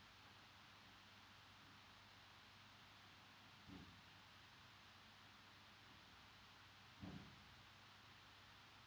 mm mm